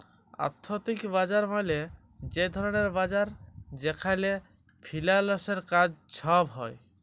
আথ্থিক বাজার মালে যে ধরলের বাজার যেখালে ফিল্যালসের কাজ ছব হ্যয়